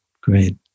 great